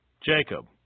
Jacob